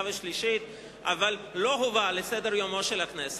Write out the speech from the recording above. ושלישית אבל לא הובא בסדר-יומה של הכנסת.